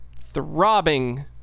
throbbing